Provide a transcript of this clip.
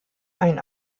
ein